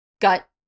gut